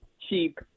cheap